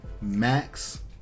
Max